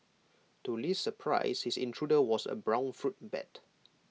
to Li's surprise his intruder was A brown fruit bat